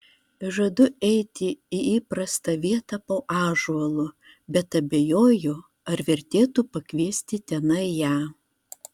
žadu eiti į įprastą vietą po ąžuolu bet abejoju ar vertėtų pakviesti tenai ją